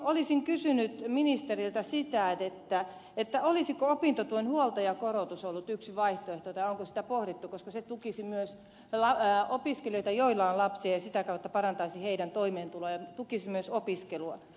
olisin kysynyt ministeriltä olisiko opintotuen huoltajakorotus ollut yksi vaihtoehto tai onko sitä pohdittu koska se tukisi myös opiskelijoita joilla on lapsia ja sitä kautta parantaisi heidän toimeentuloaan ja tukisi myös opiskelua